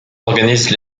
organise